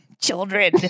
children